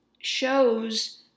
shows